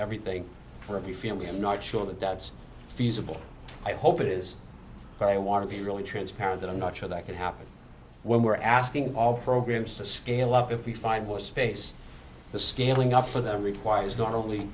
everything for of the family i'm not sure that that's feasible i hope it is but i want to be really transparent that i'm not sure that could happen when we're asking all programs to scale up if we find what space the scaling up for them requires no